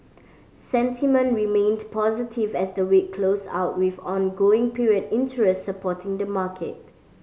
sentiment remained positive as the week closed out with ongoing period interest supporting the market